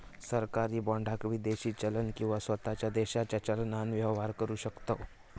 सरकारी बाँडाक विदेशी चलन किंवा स्वताच्या देशाच्या चलनान व्यवहार करु शकतव